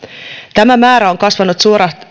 tämä määrä on kasvanut